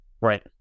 Right